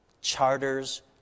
charters